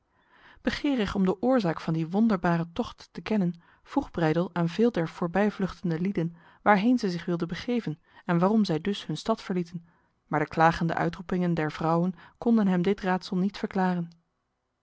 begerig om de oorzaak van die wonderbare tocht te kennen vroeg breydel aan veel der voorbijvluchtende lieden waarheen zij zich wilden begeven en waarom zij dus hun stad verlieten maar de klagende uitroepingen der vrouwen konden hem dit raadsel niet verklaren